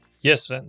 Yes